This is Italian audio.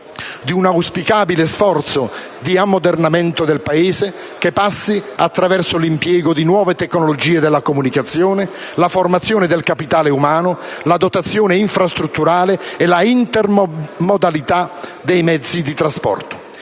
di un auspicabile sforzo di ammodernamento del Paese che passi attraverso l'impiego di nuove tecnologie della comunicazione, la formazione del capitale umano, la dotazione infrastrutturale e la intermodalità dei mezzi di trasporto.